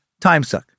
timesuck